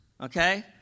Okay